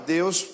Deus